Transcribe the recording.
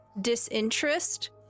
disinterest